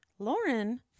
Lauren